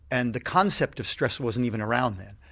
and the concept of stress wasn't even around then,